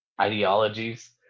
ideologies